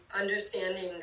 understanding